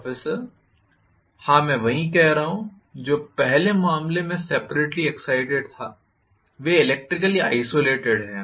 professor हां मैं वही कह रहा हूं जो पहले मामले में सेपरेट्ली एग्ज़ाइटेड था वे इलेक्ट्रिकली आइसोलेटेड हैं